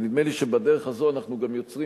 ונדמה לי שבדרך הזו אנחנו גם יוצרים